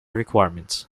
requirements